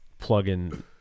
plugin